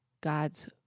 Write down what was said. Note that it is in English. God's